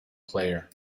player